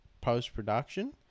post-production